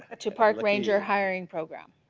ah to park ranger hiring program